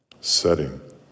setting